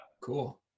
cool